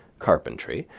carpentry,